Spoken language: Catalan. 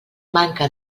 manca